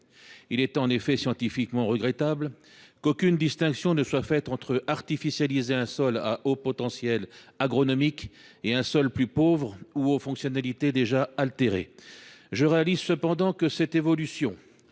Il est en effet scientifiquement regrettable qu’aucune distinction ne soit faite entre l’artificialisation d’un sol à haut potentiel agronomique et celle d’un sol plus pauvre ou aux fonctionnalités déjà altérées. Je me rends compte cependant que cette évolution